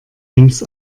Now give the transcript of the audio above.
links